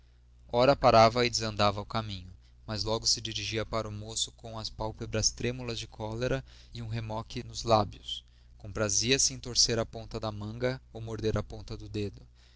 ora parava e desandava o caminho mas logo se dirigia para o moço com as pálpebras trêmulas de cólera e um remoque nos lábios comprazia-se em torcer a ponta da manga ou morder a ponta do dedo